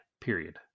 Period